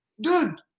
dude